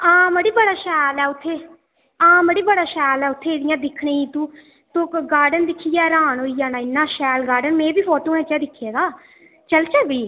हां मड़ी बड़ा शैल ऐ उत्थै हां मड़ी बड़ा शैल ऐ उत्थै इ'यां दिक्खने ई तू तू गार्डन दिक्खियै र्हान होई जाना इन्ना शैल गार्डन में बी उ'आं फोटूएं च गै दिक्खे दा चलचै भी